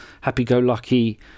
happy-go-lucky